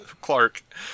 Clark